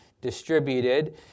distributed